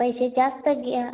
पैसे जास्त घ्या हां हां